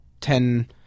ten